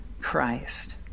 Christ